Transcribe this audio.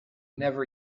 never